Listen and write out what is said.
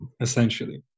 essentially